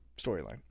storyline